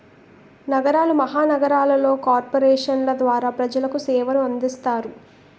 నగరాలు మహానగరాలలో కార్పొరేషన్ల ద్వారా ప్రజలకు సేవలు అందిస్తారు